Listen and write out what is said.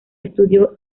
estudió